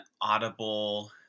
audible